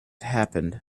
happened